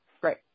Great